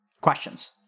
Questions